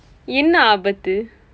என்ன ஆபத்து:enna aabaththu